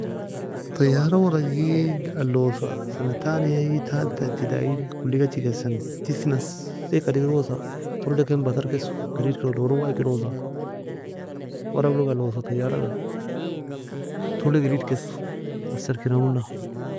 طيارة ورقي ga alosa سنة تانية تالتة ابتدائي kolikachi kesa, tesie nassaie ka degerosa toleda ken batar kes grid kir dorog waikerosa ورق log alosa طيارة ga tolida grid kess assarkinae una.